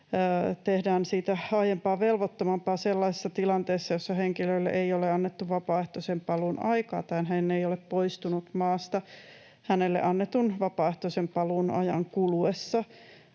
Tehdään siitä aiempaa velvoittavampaa sellaisessa tilanteessa, jossa henkilölle ei ole annettu vapaaehtoisen paluun aikaa tai hän ei ole poistunut maasta hänelle annetun vapaaehtoisen paluun ajan kuluessa.